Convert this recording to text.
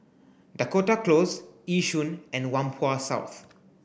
Dakota Close Yishun and Whampoa South